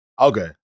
Okay